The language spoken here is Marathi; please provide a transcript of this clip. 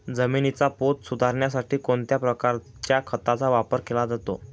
जमिनीचा पोत सुधारण्यासाठी कोणत्या प्रकारच्या खताचा वापर केला जातो?